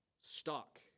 stock